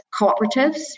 cooperatives